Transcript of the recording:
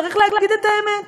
צריך להגיד את האמת.